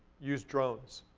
use drones.